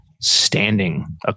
standing